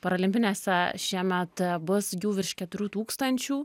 parolimpinėse šiemet bus jų virš keturių tūkstančių